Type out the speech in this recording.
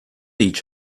each